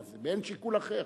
מה זה, באין שיקול אחר.